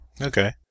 Okay